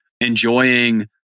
enjoying